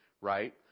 right